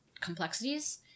complexities